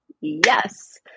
yes